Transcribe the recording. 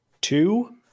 two